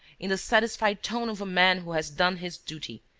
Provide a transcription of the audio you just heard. in the satisfied tone of a man who has done his duty,